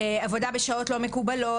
עבודה בשעות לא מקובלות,